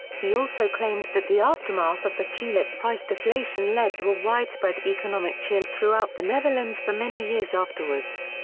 he also claimed that the aftermath of the tulip price deflation led to a widespread economic chill throughout the netherlands for many years afterwards.